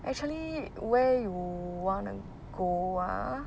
actually where you wanna go ah